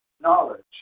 knowledge